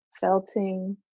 felting